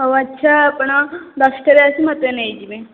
ହେଉ ଆଚ୍ଛା ଆପଣ ଦଶଟାରେ ଆସି ମୋତେ ନେଇଯିବେ